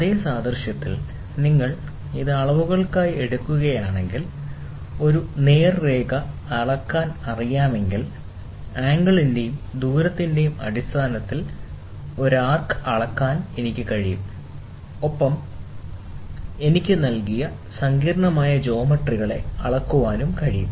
അതേ സാദൃശ്യത്തിൽ നിങ്ങൾ ഇത് അളവുകൾക്കായി എടുക്കുകയാണെങ്കിൽ ഒരു നേർരേഖ അളക്കാൻ അറിയാമെങ്കിൽ ആംഗിളിന്റെയും ദൂരത്തിന്റെയും അടിസ്ഥാനത്തിൽ ഒരു ആർക്ക് അളക്കാൻ എനിക്ക് കഴിയും ഒപ്പം എനിക്ക് നൽകിയ സങ്കീർണ്ണമായ ജ്യോമെട്രികളെ അളക്കാൻ കഴിയും